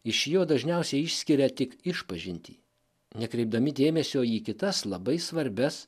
iš jo dažniausiai išskiria tik išpažintį nekreipdami dėmesio į kitas labai svarbias